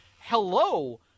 hello